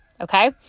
Okay